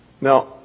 Now